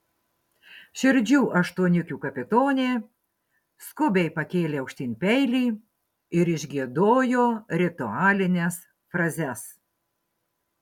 širdžių aštuoniukių kapitonė skubiai pakėlė aukštyn peilį ir išgiedojo ritualines frazes